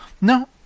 no